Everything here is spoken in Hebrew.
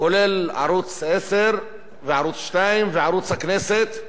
כולל ערוץ-10 וערוץ-2 וערוץ הכנסת,